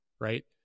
Right